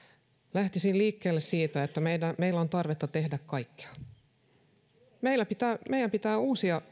lähtisin liikkeelle siitä että meillä on tarvetta tehdä kaikkea meidän pitää uusia